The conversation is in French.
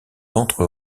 ventre